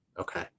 Okay